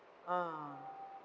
ah